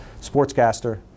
sportscaster